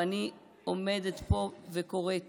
ואני עומדת בו וקוראת